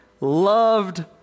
loved